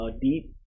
deep